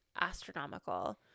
astronomical